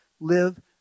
live